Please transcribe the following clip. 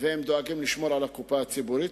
והם דואגים לשמור על הקופה הציבורית.